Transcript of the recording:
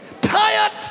tired